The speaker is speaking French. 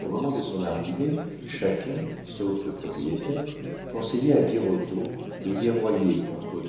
au moment de son arrivée chacun sauf le propriétaire conseillait à birotteau de guerroyer contre